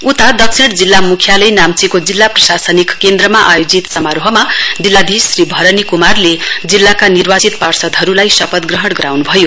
उता दक्षिण जिल्ला मुख्यालय नाम्चीको जिल्ला प्रशासनिक केन्द्रमा आयोजित समारोहमा जिल्लाधीश श्री भरनी कुमारले जिल्लाका निर्वाचित पार्षदहरुलाई शपथ ग्रहण गराउन्भयो